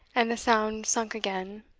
and the sound sunk again,